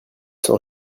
sans